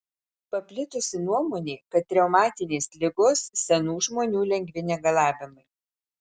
paplitusi nuomonė kad reumatinės ligos senų žmonių lengvi negalavimai